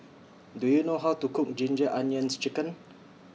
Do YOU know How to Cook Ginger Onions Chicken